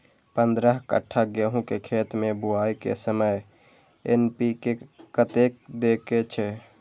पंद्रह कट्ठा गेहूं के खेत मे बुआई के समय एन.पी.के कतेक दे के छे?